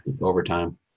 overtime